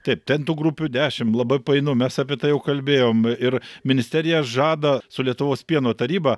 taip ten tų grupių dešimt labai painu mes apie tai jau kalbėjom ir ministerija žada su lietuvos pieno taryba